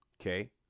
Okay